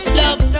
love